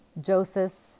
Joseph